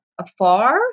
afar